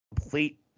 complete